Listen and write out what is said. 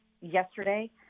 yesterday